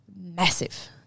massive